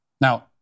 now